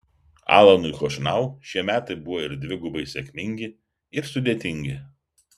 alanui chošnau šie metai buvo ir dvigubai sėkmingi ir sudėtingi